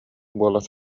буолара